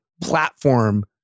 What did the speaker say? platform